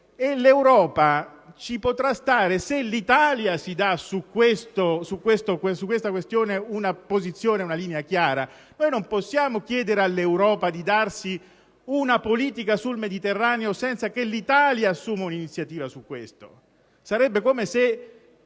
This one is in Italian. Ma l'Europa potrà farlo se l'Italia su tale questione definisce una posizione, una linea chiara. Non possiamo chiedere all'Europa di darsi una politica sul Mediterraneo, senza che l'Italia assuma un'iniziativa al riguardo. Sarebbe come se